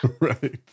Right